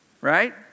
right